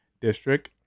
district